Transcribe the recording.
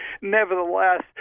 nevertheless